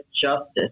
justice